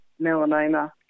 melanoma